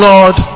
Lord